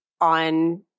on